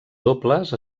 dobles